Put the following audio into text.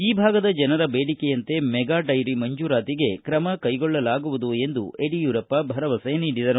ಈ ಭಾಗದ ಜನರ ಬೇಡಿಕೆಯಂತೆ ಮೆಗಾ ಡೈರಿ ಮಂಜೂರಾತಿಗೆ ತ್ರಮ ಕೈಗೊಳ್ಳಲಾಗುವುದು ಎಂದು ಭರವಸೆ ನೀಡಿದರು